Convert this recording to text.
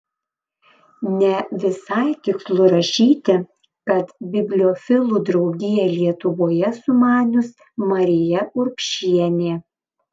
ne visai tikslu rašyti kad bibliofilų draugiją lietuvoje sumaniusi marija urbšienė